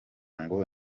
ngo